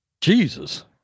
Jesus